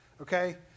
Okay